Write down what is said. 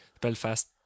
Belfast